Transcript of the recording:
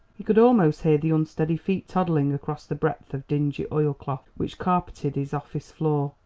he could almost hear the unsteady feet toddling across the breadth of dingy oilcloth which carpeted his office floor.